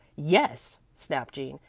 yes, snapped jean,